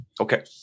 Okay